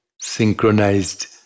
synchronized